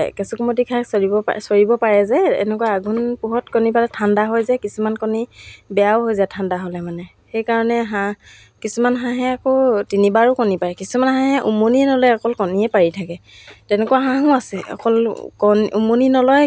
স্বাৱলম্বী হৈছোঁ ত' মই নিজে বহুখিনিয়ে গৌৰৱ কৰোঁ মোৰ আচলতে এই নিজেই মই ইমানখিনি স্বাৱলম্বী হোৱাৰ আঁৰ আঁৰত মোৰ মা আৰু দেউতা তেওঁলোক নথকা হ'লে আজিলৈকে মই ইমানখিনি কামত আগবাঢ়িব নোৱাৰিলেহেঁতেন